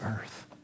earth